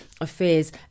Affairs